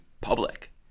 public